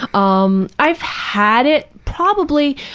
um, i've had it probably,